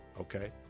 okay